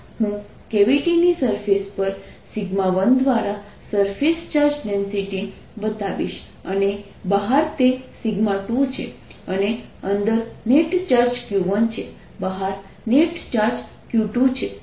હું કેવિટી ની સરફેસ પર 1 દ્વારા સરફેસ ચાર્જ ડેન્સિટી બતાવીશ અને બહાર તે 2 છે અને અંદર નેટ ચાર્જ Q1 છે બહાર નેટ ચાર્જ Q2 છે